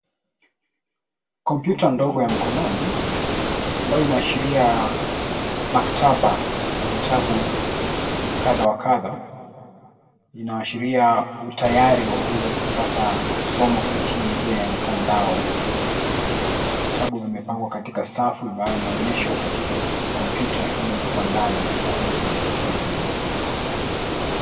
Kompyuta ndogo ya mkononi ambayo inaashiria maktaba ya vitabu kadha wa kadha. Inaashiria utayari wa kuweza kupata somo kupitia njia ya mtandao. Vitabu vimepangwa katika safu hii ambayo imeonyeshwa katika kompyuta kwa ndani baada ya kuweza kufunguliwa.